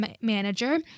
manager